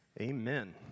Amen